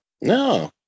No